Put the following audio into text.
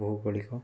ଭୌଗୋଳିକ